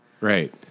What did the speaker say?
Right